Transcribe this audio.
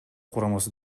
курамасы